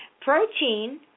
Protein